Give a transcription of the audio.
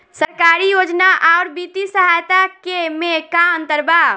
सरकारी योजना आउर वित्तीय सहायता के में का अंतर बा?